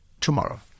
tomorrow